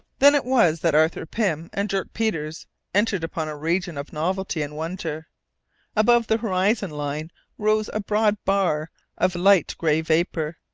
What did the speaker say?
then it was that arthur pym and dirk peters entered upon a region of novelty and wonder. above the horizon line rose a broad bar of light grey vapour,